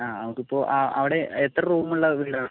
ആ നമ്മൾക്ക് ഇപ്പോൾ ആ അവിടെ എത്ര റൂം ഉള്ള വീടാണ്